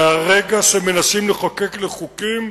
מהרגע שמנסים לחוקק לי חוקים,